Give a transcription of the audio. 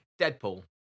Deadpool